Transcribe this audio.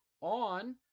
on